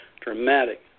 dramatic